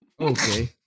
Okay